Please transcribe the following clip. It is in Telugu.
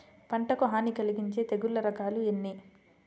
పంటకు హాని కలిగించే తెగుళ్ళ రకాలు ఎన్ని?